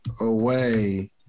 away